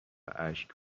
اشک